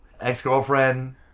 Ex-girlfriend